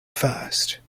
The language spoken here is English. first